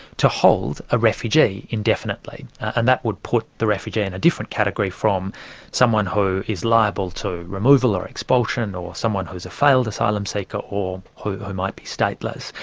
to hold a refugee indefinitely, and that would put the refugee in a different category from someone who is liable to removal or expulsion or someone who's a failed asylum seeker or who who might be stateless.